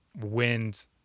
wind